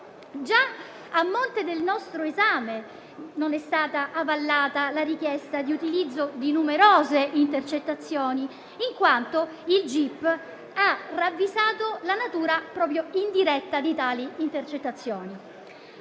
Già a monte del nostro esame non è stata avallata la richiesta di utilizzo di numerose intercettazioni, in quanto il giudice per le indagini preliminari ha ravvisato la natura proprio indiretta di tali intercettazioni.